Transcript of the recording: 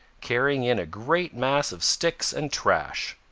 carrying in a great mass of sticks and trash.